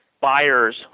buyers